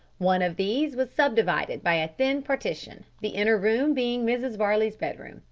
one of these was subdivided by a thin partition, the inner room being mrs varley's bedroom,